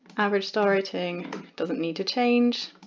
average star rating doesn't need to change.